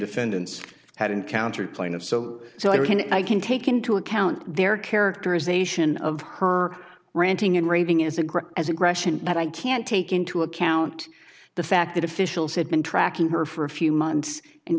defendants had encountered plaintiff so so i reckon i can take into account their characterization of her ranting and raving is agreed as aggression but i can't take into account the fact that officials had been tracking her for a few months and